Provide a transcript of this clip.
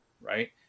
right